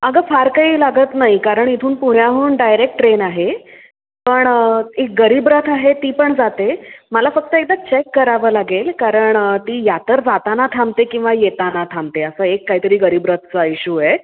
अगं फार काही लागत नाही कारण इथून पुण्याहून डायरेक ट्रेन आहे पण एक गरीबरथ आहे ती पण जाते मला फक्त एकदा चेक करावं लागेल कारण ती या तर जाताना थांबते किंवा येताना थांबते असं एक काहीतरी गरीबरथचा इश्यू आहे